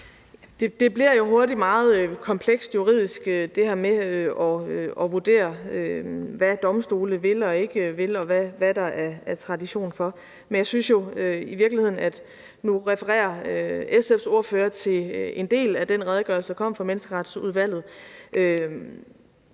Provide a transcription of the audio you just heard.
Det bliver jo hurtigt meget komplekst juridisk, altså det her med at vurdere, hvad domstolene vil og ikke vil, og hvad der er tradition for. Nu refererer SF's ordfører til en del af den redegørelse, der kom fra Menneskeretsudvalget.